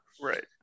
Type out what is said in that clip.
Right